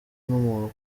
n’umuntu